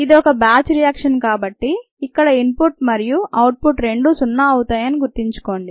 ఇది ఒక batch reaction కాబట్టి ఇక్కడ ఇన్పుట్ మరియు అవుట్పుట్ రెండు సున్నా అవుతాయని గుర్తుంచుకోండి